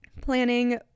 planning